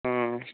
ହଁ